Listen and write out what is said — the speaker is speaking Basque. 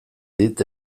dit